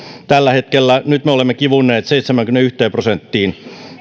nyt me olemme kivunneet seitsemäänkymmeneenyhteen prosenttiin